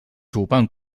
主办